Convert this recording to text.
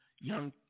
young